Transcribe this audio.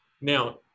Now